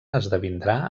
esdevindrà